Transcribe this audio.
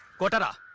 but